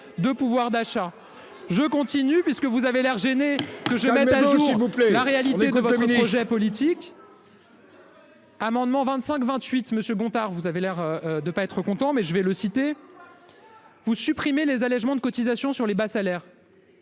de pouvoir d'achat. Je continue puisque vous avez l'air gêné que j'ai, alors je ne sais pas non plus la réalité quoi votre projet politique. Amendement 25 28 Monsieur Gontard. Vous avez l'air de pas être content mais je vais le citer. Vous supprimez les allégements de cotisations sur les bas salaires.